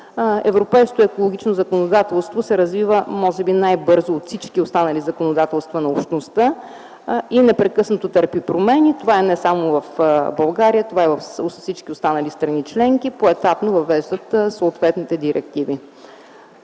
Европейското екологично законодателство се развива може би най-бързо от всички останали законодателства на общността и непрекъснато търпи промени. Това е не само в България, това е и във всички останали страни членки, поетапно въвеждащи съответните директиви.